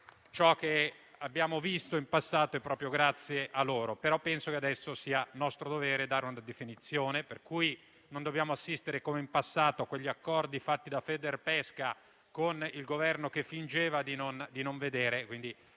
ciò che abbiamo visto in passato, è proprio grazie a loro. Penso però che adesso sia nostro dovere dare una definizione per cui non dobbiamo assistere, come in passato, agli accordi fatti da Federpesca, con il Governo che fingeva di non vedere.